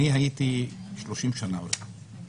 אני הייתי 30 שנה עורך דין.